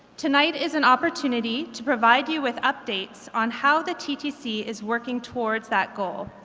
tonight is an opportunity to provide you with updates on how the ttc is working towards that goal,